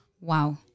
Wow